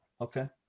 Okay